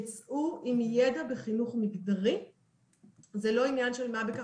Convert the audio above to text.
יצאו עם ידע בחינוך מגדרי וזה לא עניין של מה בכך.